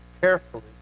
carefully